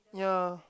yeah